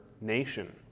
nation